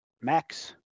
Max